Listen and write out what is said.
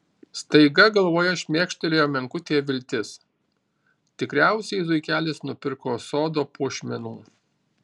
staiga galvoje šmėkštelėjo menkutė viltis tikriausiai zuikelis nupirko sodo puošmenų